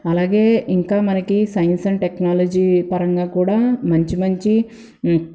అలాగే ఇంకా మనకి సైన్స్ అండ్ టెక్నాలజీ పరంగా కూడా మంచి మంచి